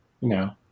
No